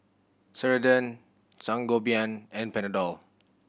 Ceradan Sangobion and Panadol